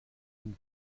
une